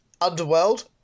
Underworld